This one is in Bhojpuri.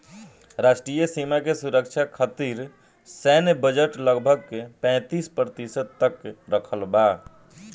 राष्ट्रीय सीमा के सुरक्षा खतिर सैन्य बजट लगभग पैंतीस प्रतिशत तक रखल बा